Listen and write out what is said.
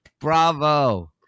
Bravo